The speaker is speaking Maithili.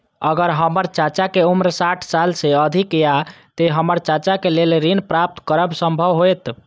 अगर हमर चाचा के उम्र साठ साल से अधिक या ते हमर चाचा के लेल ऋण प्राप्त करब संभव होएत?